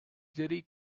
jerry